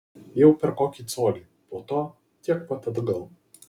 jau per kokį colį po to tiek pat atgal